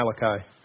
Malachi